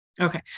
Okay